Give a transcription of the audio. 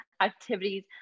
activities